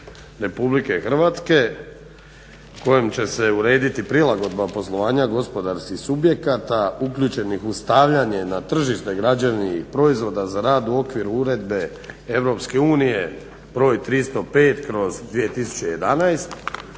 uredbe Vlade RH kojom će se urediti prilagodba poslovanja gospodarskih subjekata uključenih u stavljanje na tržište građevnih proizvoda za rad u okviru uredbe EU br. 305/2011,